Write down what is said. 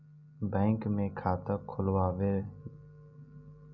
bank में खाता खोलवावे ला चाहे लोन पास करावे ला गैर कानूनी रुप से धोखाधड़ी होला